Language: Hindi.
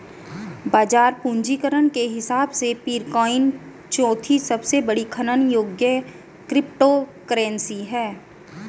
बाजार पूंजीकरण के हिसाब से पीरकॉइन चौथी सबसे बड़ी खनन योग्य क्रिप्टोकरेंसी है